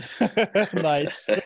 Nice